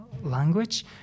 Language